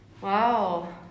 Wow